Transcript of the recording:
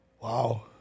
Wow